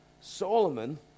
Solomon